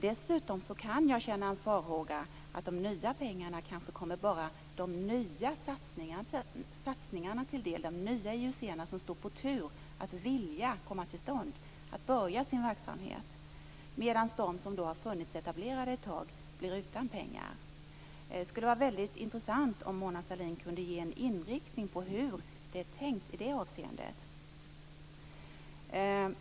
Dessutom kan jag känna en ängslan för att de nya pengarna kanske bara kommer de nya satsningarna till del - de nya IUC som står på tur och som man vill skall komma till stånd och skall få börja med sin verksamhet - medan de som varit etablerade ett tag blir utan pengar. Det vore väldigt intressant om Mona Sahlin kunde ange en inriktning för hur det är tänkt i det avseendet.